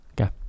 Okay